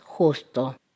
justo